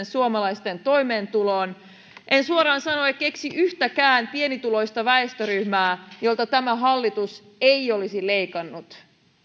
suomalaisten toimeentuloon en suoraan sanoen keksi yhtäkään pienituloista väestöryhmää jolta tämä hallitus ei olisi leikannut